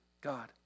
God